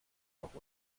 noch